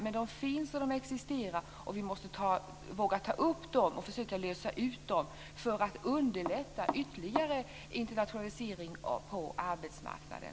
Men de finns och existerar, och vi måste våga ta upp dem och försöka lösa dem för att underlätta ytterligare internationalisering på arbetsmarknaden.